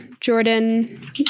Jordan